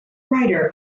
writer